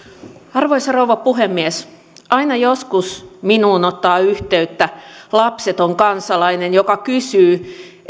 arvoisa rouva puhemies aina joskus minuun ottaa yhteyttä lapseton kansalainen joka kysyy